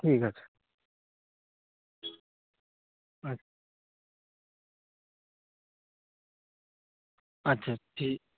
ঠিক আছে আচ্ছা আচ্ছা ঠিক